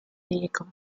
vehicle